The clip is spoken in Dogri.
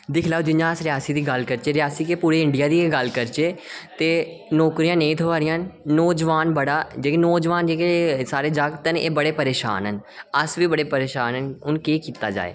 दिक्खो जियां अस रियासी दी गल्ल करचै रियासी केह् पूरे इंडिया दी गै गल्ल करचै ते नौकरियां नेईं थ्होआ दियां न नौजुआन बड़ा ते जेह्के साढ़े नौजुआन जागत् न एह् बड़े परेशान न अस बी बड़े परेशान न हून केह् कीता जाए